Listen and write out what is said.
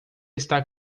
está